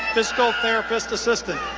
physical therapist assistant,